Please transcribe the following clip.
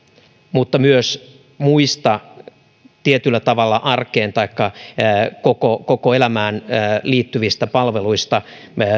mutta myös muista tietyllä tavalla arkeen taikka koko koko elämään liittyvistä palveluista